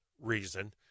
reason